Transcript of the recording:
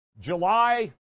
July